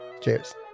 Cheers